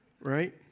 right